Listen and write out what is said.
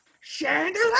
chandelier